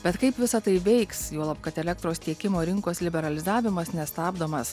bet kaip visa tai veiks juolab kad elektros tiekimo rinkos liberalizavimas nestabdomas